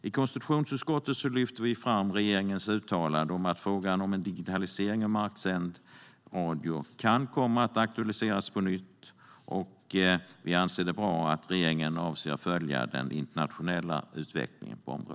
I konstitutionsutskottet lyfter vi fram regeringens uttalande om att frågan om en digitalisering av marksänd radio kan komma att aktualiseras på nytt, och vi anser att det är bra att regeringen avser att följa den internationella utvecklingen på området.